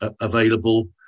available